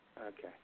Okay